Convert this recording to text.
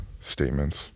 statements